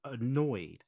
annoyed